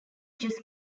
just